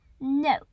No